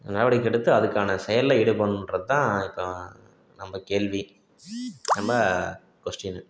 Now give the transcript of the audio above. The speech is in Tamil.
நடவடிக்கை எடுத்து அதுக்கான செயலில் ஈடுபடணும்றதுதான் நம்ப கேள்வி நம்ப கொஸ்டீனு